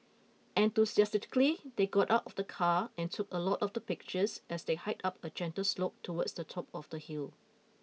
enthusiastically they got out of the car and took a lot of the pictures as they hiked up a gentle slope towards the top of the hill